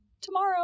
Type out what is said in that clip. tomorrow